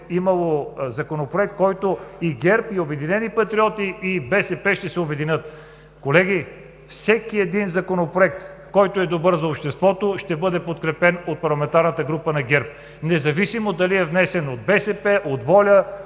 имало законопроект, по който ГЕРБ, „Обединени патриоти“, и БСП ще се обединят. Колеги, всеки един законопроект, който е добър за обществото, ще бъде подкрепен от парламентарната група на ГЕРБ, независимо дали е внесен от БСП, от „Воля“,